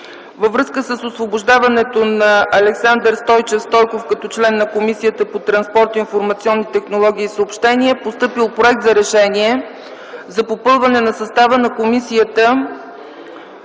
Във връзка с освобождаването на Александър Стойчев Стойков като член на Комисията по транспорт, информационни технологии и съобщения е постъпил Проект за решение за попълване на състава на Комисията